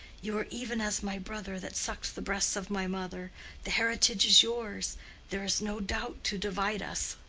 you are even as my brother that sucked the breasts of my mother the heritage is yours there is no doubt to divide us.